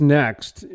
next